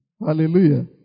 Hallelujah